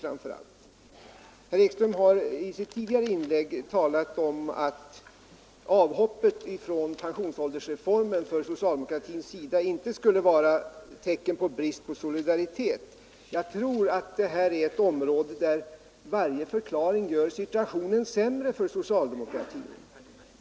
Herr Ekström har i sitt tidigare inlägg talat om att socialdemokraternas avhopp från pensionsåldersreformen inte skulle vara ett tecken på bristande solidaritet. Jag tror att detta är ett område där varje förklaring gör situationen sämre för socialdemokratin.